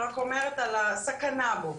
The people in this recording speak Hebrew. רק אומרת על הסכנה בו.